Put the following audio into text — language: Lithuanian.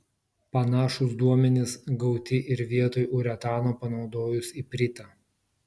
panašūs duomenys gauti ir vietoj uretano panaudojus ipritą